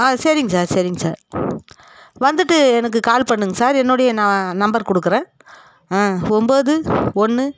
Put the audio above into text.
ஆ சேரிங்க சார் சேரிங்க சார் வந்துட்டு எனக்கு கால் பண்ணுங்க சார் என்னுடைய ந நம்பர் கொடுக்கறேன் ஒன்போது ஒன்று